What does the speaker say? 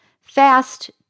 fast